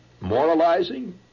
moralizing